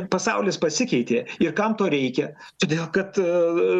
pasaulis pasikeitė ir kam to reikia todėl kad